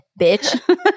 Bitch